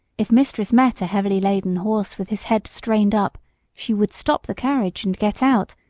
if mistress met a heavily laden horse with his head strained up she would stop the carriage and get out,